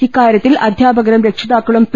ഇക്കാര്യത്തിൽ അധ്യാപകരും രക്ഷിതാക്കളും പി